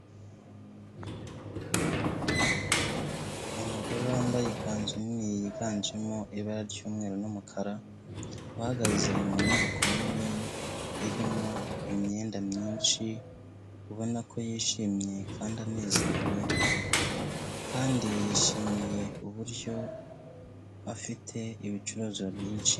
Umugore wambaye ikanzu nini yiganjemo ibara ry'umweru n'umukara, uhagaze mu nyubako nini irimo imyenda myinshi, ubona ko yishimye kandi anezerewe kandi yishimiye uburyo afite ibicuruzwa byinshi.